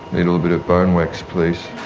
a little bit of bone wax, please.